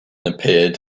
appeared